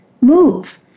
move